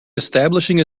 establishing